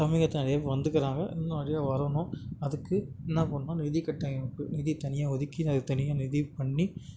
தமிழகத்தில் நிறைய வந்துக்கிறாங்க இன்னும் நிறைய வரணும் அதுக்கு என்ன பண்ணும்னா நிதி கட்டமைப்பு நிதி தனியாக ஒதுக்கி நெ தனியா நிதி பண்ணி